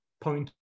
point